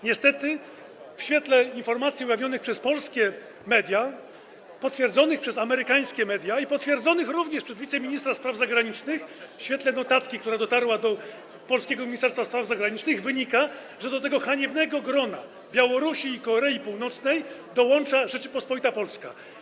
Niestety z informacji ujawnionych przez polskie media, potwierdzonych przez amerykańskie media, jak również przez wiceministra spraw zagranicznych, z notatki, która dotarła do polskiego Ministerstwa Spraw Zagranicznych, wynika, że do tego haniebnego grona Białorusi i Korei Północnej dołącza Rzeczpospolita Polska.